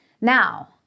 Now